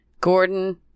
Gordon